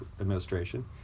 administration